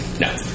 No